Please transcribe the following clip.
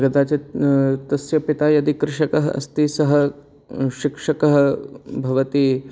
कदाचित् तस्य पिता यदि कृषकः अस्ति सः शिक्षकः भवति